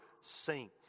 saint